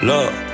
Love